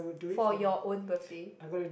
for your own birthday